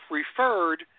referred